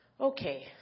okay